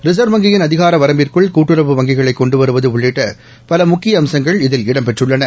reserve வங்கியின் அதிகார வரம்பிற்குள் கூட்டுறவு வங்கிகளை கொண்டு வருவது உள்ளிட்ட பல முக்கிய அம்சங்கள் இதில் இடம்பெற்றுள்ளன